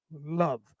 love